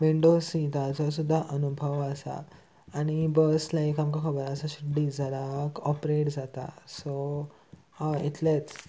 window सीटाचो सुद्दां अनुभव आसा आनी बस लायक आमकां खबर आसा डिजराक ऑपरेट जाता सो हय इतलेंच